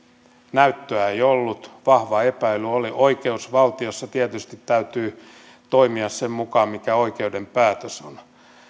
näyttöä ei ollut vahva epäily oli oikeusvaltiossa tietysti täytyy toimia sen mukaan mikä oikeuden päätös on